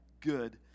good